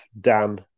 Dan